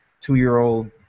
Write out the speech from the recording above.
two-year-old